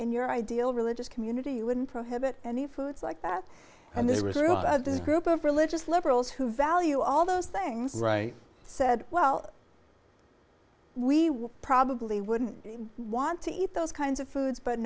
in your ideal religious community you wouldn't prohibit any foods like that and there was a rule about this group of religious liberals who value all those things right said well we would probably wouldn't want to eat those kinds of foods but